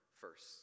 first